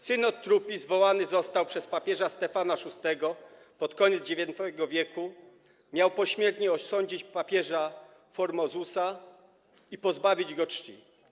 Synod trupi zwołany został przez papieża Stefana VI pod koniec IX w., miał pośmiertnie osądzić papieża Formozusa i pozbawić go czci.